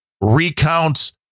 recounts